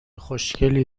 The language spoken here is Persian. خوشگلی